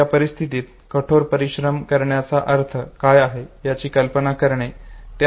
या परिस्थितीत कठोर परिश्रम करण्याचा अर्थ काय आहे याची कल्पना करणे